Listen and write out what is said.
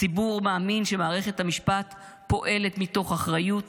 הציבור מאמין שמערכת המשפט פועלת מתוך אחריות,